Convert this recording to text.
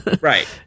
Right